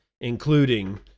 including